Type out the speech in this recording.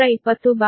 8 22013